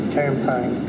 campaign